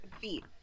feet